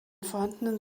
vorhandenen